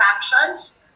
transactions